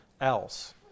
else